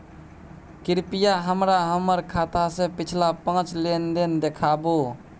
कृपया हमरा हमर खाता से पिछला पांच लेन देन देखाबु